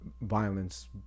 violence